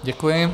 Děkuji.